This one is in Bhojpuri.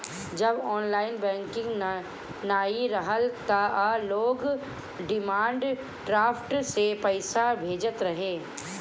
जब ऑनलाइन बैंकिंग नाइ रहल तअ लोग डिमांड ड्राफ्ट से पईसा भेजत रहे